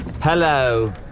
Hello